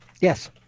Yes